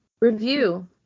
review